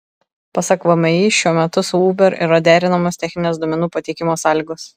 pasak vmi šiuo metu su uber yra derinamos techninės duomenų pateikimo sąlygos